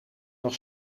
nog